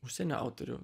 užsienio autorių